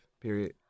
period